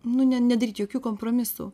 nu ne nedaryt jokių kompromisų